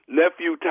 nephew